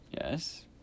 Yes